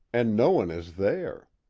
and no one is there.